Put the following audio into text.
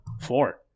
Four